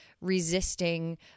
resisting